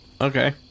Okay